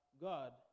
God